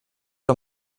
der